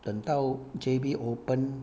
等到 J_B open